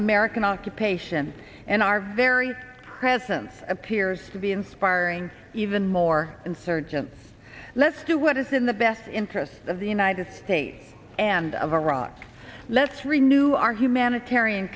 american occupation and our very presence appears to be inspiring even more insurgents let's do what is in the best interests of the united states and of iraq let's renu our humanitarian